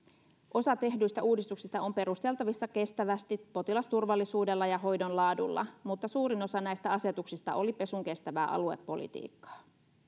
osa tehdyistä uudistuksista on perusteltavissa kestävästi potilasturvallisuudella ja hoidon laadulla mutta suurin osa näistä asetuksista oli pesunkestävää aluepolitiikkaa